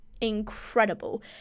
incredible